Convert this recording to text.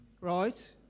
right